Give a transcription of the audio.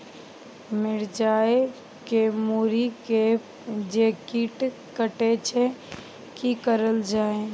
मिरचाय के मुरी के जे कीट कटे छे की करल जाय?